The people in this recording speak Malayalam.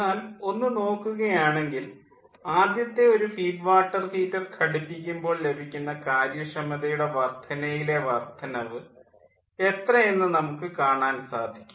എന്നാൽ ഒന്നു നോക്കുക ആണെങ്കിൽ ആദ്യത്തെ ഒരു ഫീഡ് വാട്ടർ ഹീറ്റർ ഘടിപ്പിക്കുമ്പോൾ ലഭിക്കുന്ന കാര്യക്ഷമതയുടെ വർദ്ധനയിലെ വർദ്ധനവ് എത്രയെന്ന് നമുക്ക് കാണാൻ സാധിക്കും